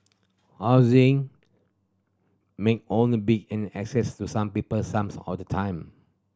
housing may only be an asset to some people some of the time